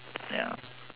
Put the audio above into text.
ya